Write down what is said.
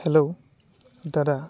hello দাদা